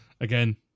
Again